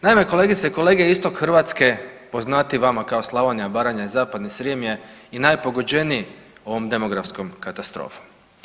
Naime, kolegice i kolege istok Hrvatske, poznatiji vama kao Slavonija, Baranja i Zapadni Srijem je i najpogođeniji ovom demografskom katastrofom.